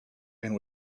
and